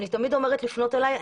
אני תמיד אומרת לפנות אליי.